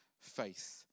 faith